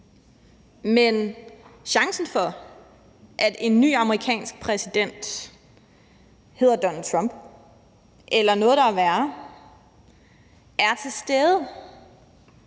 men chancen for, at en ny amerikansk præsident hedder Donald Trump eller noget, der er værre, er til stede,